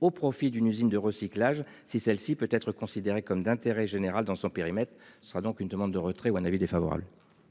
au profit d'une usine de recyclage. Si celle-ci peut être considéré comme d'intérêt général dans son périmètre. Ce sera donc une demande de retrait ou un avis défavorable.